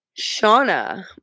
Shauna